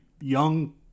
young